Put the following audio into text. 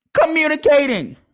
Communicating